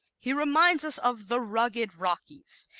he reminds us of the rugged rockies.